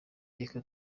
reka